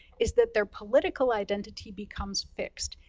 is that their political identity becomes fixed.